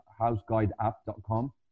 houseguideapp.com